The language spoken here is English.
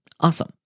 Awesome